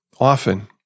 Often